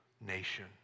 nation